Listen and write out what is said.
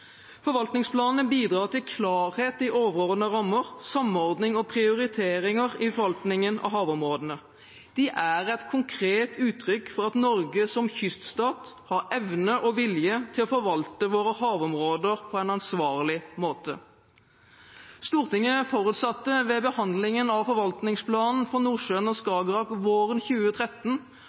Forvaltningsplanene bidrar til klarhet i overordnede rammer, samordning og prioriteringer i forvaltningen av havområdene. De er et konkret uttrykk for at Norge som kyststat har evne og vilje til å forvalte våre havområder på en ansvarlig måte. Stortinget forutsatte ved behandlingen av forvaltningsplanen for Nordsjøen og Skagerrak våren 2013